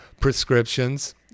prescriptions